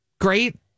great